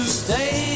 stay